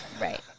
Right